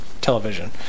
television